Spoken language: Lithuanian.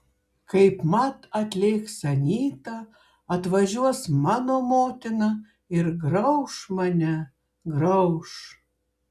kaipmat atlėks anyta atvažiuos mano motina ir grauš mane grauš